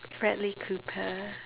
bradley cooper